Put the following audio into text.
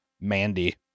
Mandy